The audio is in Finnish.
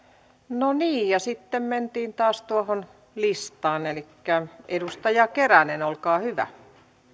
no niin ja sitten mentiin taas tuohon listaan elikkä edustaja keränen olkaa hyvä